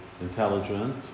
intelligent